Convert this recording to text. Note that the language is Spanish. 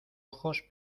ojos